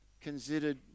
considered